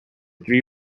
three